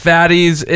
Fatties